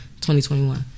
2021